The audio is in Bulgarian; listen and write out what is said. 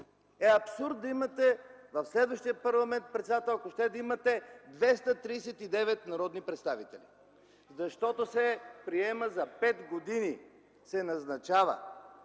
е абсурд да имате в следващия парламент председател, ако ще да имате 239 народни представители, защото се приема за пет години – се назначава.